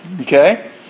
Okay